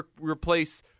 replace